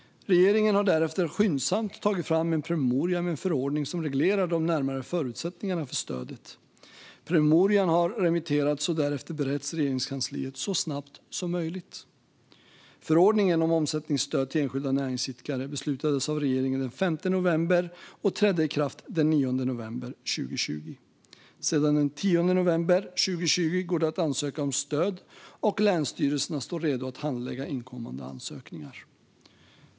Regeringen har därefter skyndsamt tagit fram en promemoria med en förordning som reglerar de närmare förutsättningarna för stödet. Promemorian har remitterats och därefter beretts i Regeringskansliet så snabbt som möjligt. Förordningen om omsättningsstöd till enskilda näringsidkare beslutades av regeringen den 5 november och trädde i kraft den 9 november 2020. Sedan den 10 november 2020 går det att ansöka om stöd, och länsstyrelserna står redo att handlägga inkommande ansökningar.